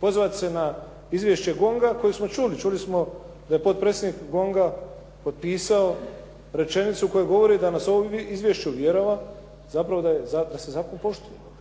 Pozvati se na izvješće "Gonga" koje smo čuli, čuli smo da je potpredsjednik "Gonga" potpisao rečenicu u kojoj se govori da nas ovo izvješće uvjerava, zapravo je da se zakon poštuje.